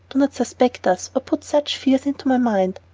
not suspect us, or put such fears into my mind,